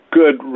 good